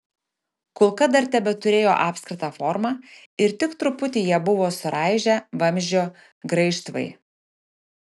kulka dar tebeturėjo apskritą formą ir tik truputį ją buvo suraižę vamzdžio graižtvai